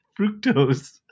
fructose